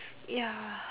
ya